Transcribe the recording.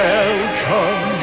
Welcome